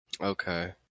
okay